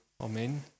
Amen